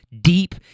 deep